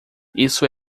isso